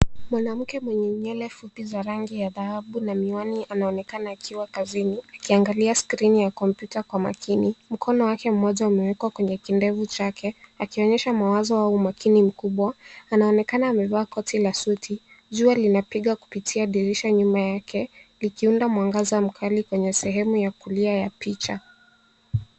Mwanamke mwenye nywele fupi za rangi ya dhahabu na miwani anaonekana akiwa kazini akiangalia skrini ya kompyuta kwa makini. Mkono wake mmoja umewekwa kwenye kidevu chake akionyesha mawazo au umakini mkubwa. Anaonekana amevaa koti la suti. Jua linapiga kupitia dirisha nyuma yake likiunda mwangaza mkali kwenye sehemu ya kulia ya picha.